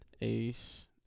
Ace